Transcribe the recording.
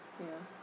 ya